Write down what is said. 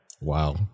Wow